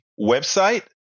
website